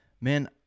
Man